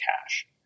cash